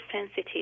sensitive